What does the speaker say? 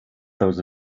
those